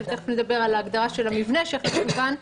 תכף נדבר על הגדרה של המבנה שכתוב כאן.